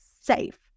safe